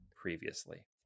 previously